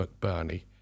McBurney